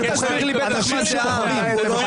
אנשים שבוחרים.